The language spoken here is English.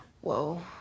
Whoa